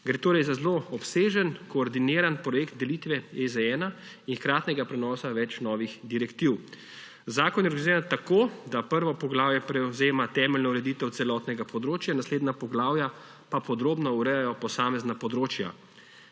Gre torej za zelo obsežen, koordiniran projekt delitve EZ-1 in hkratnega prenosa več novih direktiv. Zakon je organiziran tako, da prvo poglavje prevzema temeljno ureditev celotnega področja, naslednja poglavja pa podrobno urejajo posamezna področja.